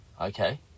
Okay